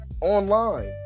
online